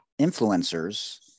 influencers